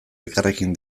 elkarrekin